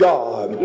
God